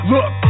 Look